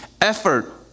effort